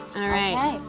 alright.